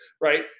Right